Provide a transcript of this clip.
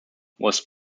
was